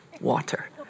water